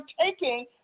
taking